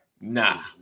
nah